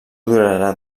durarà